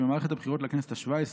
שבמערכת הבחירות לכנסת השבע-עשרה,